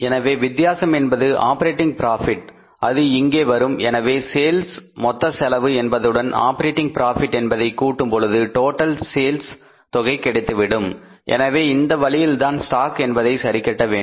எனவே வித்தியாசம் என்பது ஆப்பரேட்டிங் ப்ராபிட் அது இங்கே வரும் எனவே இது சேல்ஸ் மொத்த செலவு என்பதுடன் ஆப்பரேட்டிங் பிராபிட் என்பதை கூட்டும்பொழுது டோடல் சேல்ஸ் தொகை கிடைக்கும் எனவே இந்த வழியில்தான் ஸ்டாக் என்பதை சரிகட்ட வேண்டும்